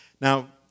Now